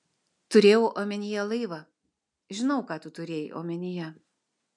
turėjau omenyje laivą žinau ką tu turėjai omenyje